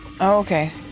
Okay